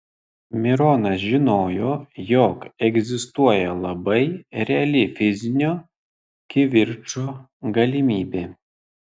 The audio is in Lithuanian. mironas žinojo jog egzistuoja labai reali fizinio kivirčo galimybė